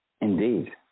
Indeed